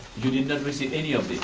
you did not receive any of it?